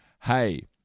hey